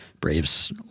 Braves